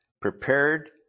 prepared